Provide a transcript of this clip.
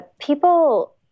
people